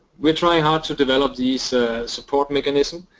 we try hard to develop these support mechanisms,